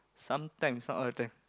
sometimes not all the time